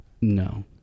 No